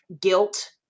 guilt